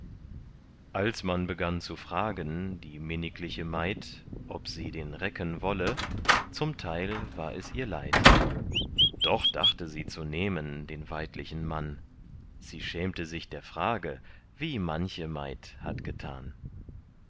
als man begann zu fragen die minnigliche maid ob sie den recken wolle zum teil war es ihr leid doch dachte sie zu nehmen den weidlichen mann sie schämte sich der frage wie manche maid hat getan